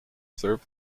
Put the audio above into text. serve